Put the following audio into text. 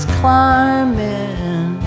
climbing